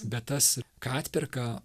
bet tas ką atperka